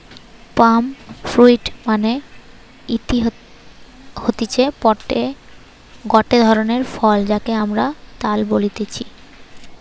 পাম fruit মানে হতিছে গটে ধরণের ফল যাকে আমরা তাল বলতেছি